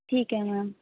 ਠੀਕ ਹੈ ਮੈਮ